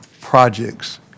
projects